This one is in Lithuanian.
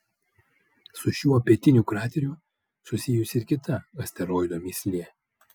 su šiuo pietiniu krateriu susijusi ir kita asteroido mįslė